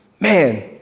man